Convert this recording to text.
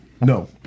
no